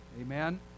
Amen